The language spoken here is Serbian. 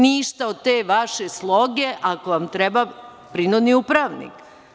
Ništa od te vaše sloge, ako vam treba prinudni upravnik.